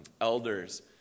elders